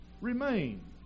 remain